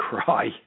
cry